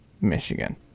Michigan